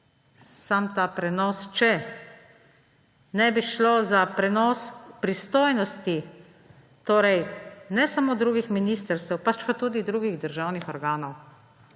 samo ta prenos, če ne bi šlo za prenos pristojnosti, torej ne samo drugih ministrstev, pač pa tudi drugih državnih organov.